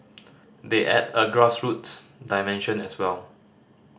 they add a grassroots dimension as well